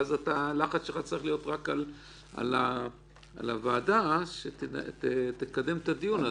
ואז הלחץ שלך צריך להיות רק על הוועדה שתקדם את הדיון הזה.